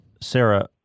Sarah